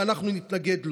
ואנחנו נתנגד לו.